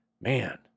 man